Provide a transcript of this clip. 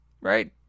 right